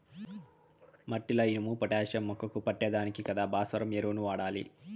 మట్టిల ఇనుము, పొటాషియం మొక్కకు పట్టే దానికి కదా భాస్వరం ఎరువులు వాడాలి